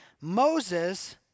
Moses